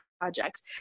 projects